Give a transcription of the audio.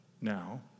now